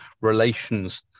relations